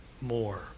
more